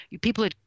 people